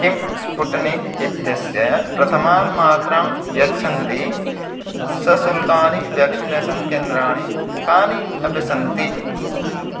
किं स्पुटनिक् इत्यस्य प्रथमां मात्रां यच्छन्ति ससुल्कानि व्याक्सिनेसन् केन्द्राणि कानि अपि सन्ति